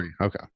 Okay